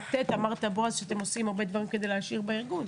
אמרת בועז שאתם עושים הרבה דברים כדי להשאיר בארגון.